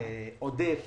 עודף